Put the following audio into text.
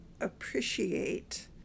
appreciate